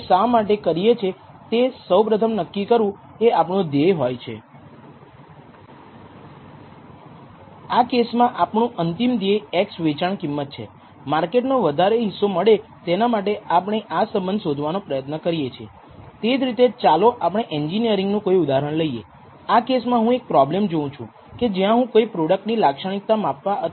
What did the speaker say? જ્યારે આપણી પાસે બહુ રેખીય રીગ્રેસનમાં ઘણા સ્વતંત્ર ચલો છે ત્યારે આપણે જોશું કે કયા ચલો નોંધપાત્ર છે કે કેમ તે શોધવાનું પણ મહત્વનું છે કે નહીં આપણે બધા સ્વતંત્ર ચલોનો ઉપયોગ કરવો જોઈએ કે આપણે તેમાંના કેટલાકને કાઢી નાખવા જોઈએ